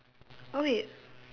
oh wait